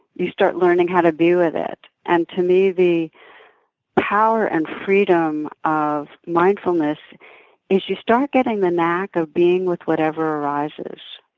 you start learning how to view that. and, to me, the power and freedom of mindfulness is you start getting the knack of being with whatever arises.